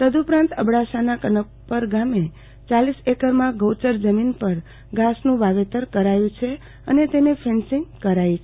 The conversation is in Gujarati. તદ્દઉપરાંત અબડાસાના કનકપર ગામે ચાલીસ એકરમાં ગૌચર જમીન પર ઘાસનું વાવેતર કરાયું છે અને તેને ફેન્સીંગ કરાયું છે